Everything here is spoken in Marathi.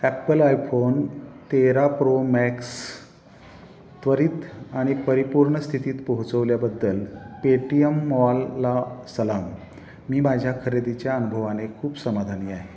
ॲपल आयफोन तेरा प्रो मॅक्स त्वरित आणि परिपूर्ण स्थितीत पोहोचवल्याबद्दल पेटीएम मॉलला सलाम मी माझ्या खरेदीच्या अनुभवाने खूप समाधानी आहे